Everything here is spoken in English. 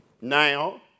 now